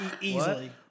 easily